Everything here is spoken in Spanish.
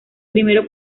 primero